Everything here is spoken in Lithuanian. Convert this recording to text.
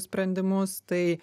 sprendimus tai